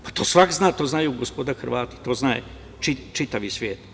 Pa, to svako zna, to znaju gospoda Hrvati, to zna čitav svet.